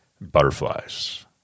Butterflies